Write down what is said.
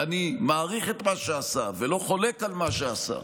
ואני מעריך את מה שעשה ולא חולק על מה שעשה,